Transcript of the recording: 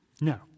No